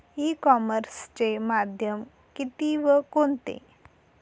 E कॉमर्सचे माध्यम किती व कोणते?